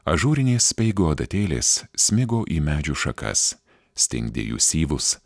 ažūrinės speigo adatėlės smigo į medžių šakas stingdė jų syvus